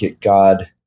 god